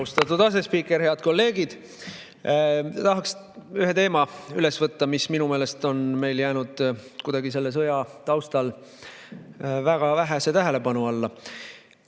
Austatud asespiiker! Head kolleegid! Tahaksin ühe teema üles võtta, mis minu meelest on meil jäänud selle sõja taustal kuidagi väga vähese tähelepanu alla.